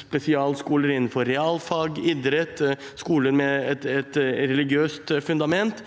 spesialskoler innenfor realfag og idrett, det kan være skoler med et religiøst fundament,